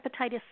hepatitis